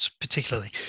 particularly